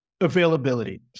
availability